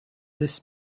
this